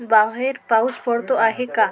बाहेर पाऊस पडतो आहे का